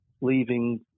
leaving